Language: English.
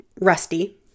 Rusty